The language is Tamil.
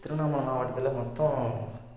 திருவண்ணாமலை மாவட்டத்தில் மொத்தம்